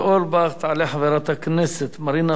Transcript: תעלה חברת הכנסת מרינה סולודקין,